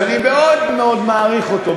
שאני מאוד מעריך אותו,